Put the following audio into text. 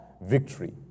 victory